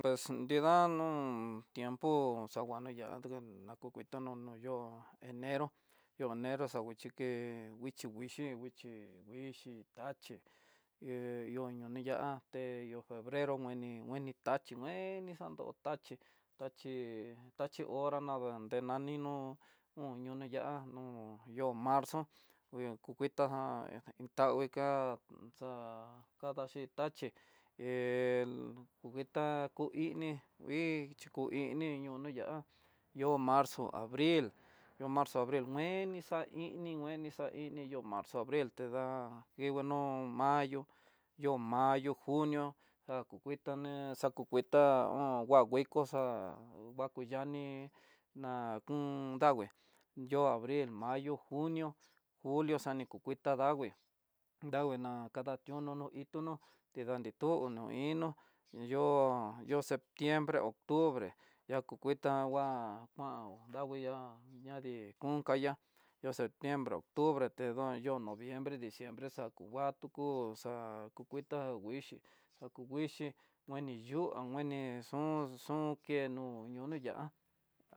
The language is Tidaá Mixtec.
Pus nida no tiempo, xanguana yaté na kukutí no'o yo'ó, enero xanguichi ké nguichi vixhii, nguixhi nguixhi tachii he niono ni ya'áté yo'ó febrero ngueni, ngueni taxhi ngueni xanyo taxhí, tachí hora nredan ni nani no'ó ho yona ya'á no, yo'ó marzo ku kuitá há itanguika davaxhi taxhi, hé kuitá hu ini ngui xhi ko ini yona ya'á, yo'ó marzo abril, yo'ó marzo abril kieni xa ini, kueni xa ini yo'ó marzo abril, téda ihó no mayo yo'ó mayo junio xa kuitané xa ku kuitá, ta o'on ngua nguito xa'á ho yani na kon davii, yo'ó abril mayo, junio, julio xa ni ku kuita davii, danguina kadationó no'ó itonó, te dan tó no inó, yo'ó septiembre, octubre ya ku kuita ngua dayi konka yá'a, yo'ó septiembre octubre tedo yo'ó noviembre diciembre xa ku ngua tuku xa ku kuita nguixhi xa ku nguixhi kue ni yuan ngueni xun xun keno ñonu yá'a.